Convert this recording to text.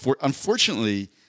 unfortunately